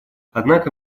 однако